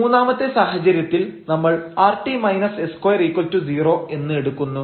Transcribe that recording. മൂന്നാമത്തെ സാഹചര്യത്തിൽ നമ്മൾ rt s20 എന്ന് എടുക്കുന്നു